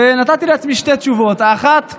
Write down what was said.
ונתתי לעצמי שתי תשובות: האחת,